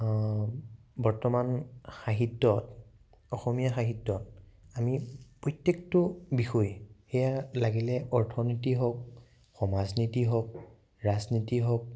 বৰ্তমান সাহিত্যত অসমীয়া সাহিত্যত আমি প্ৰত্যেকটো বিষয়ে সেয়া লাগিলে অৰ্থনীতি হওক সমাজনীতি হওক ৰাজনীতি হওক